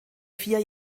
vier